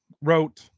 wrote